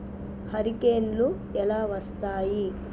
హరికేన్లు ఎలా వస్తాయి?